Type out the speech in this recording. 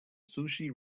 sushi